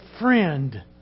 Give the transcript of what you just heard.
friend